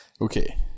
Okay